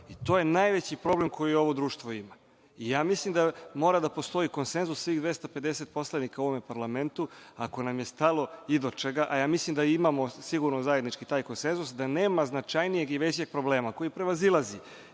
To je najveći problem koji ovo društvo ima. Ja mislim da mora da postoji konsenzus svih 250 poslanika u ovom parlamentu ako nam je stalo i do čega, a ja mislim da imamo sigurno zajednički taj konsenzus, da nema značajnijeg i većeg problema koji prevazilazi